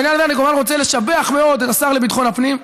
בעניין הזה אני כמובן רוצה לשבח מאוד את השר לביטחון הפנים,